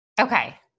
Okay